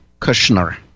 Kushner